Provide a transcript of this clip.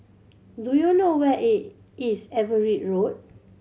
do you know where is Everitt Road